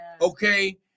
Okay